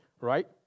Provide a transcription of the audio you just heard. right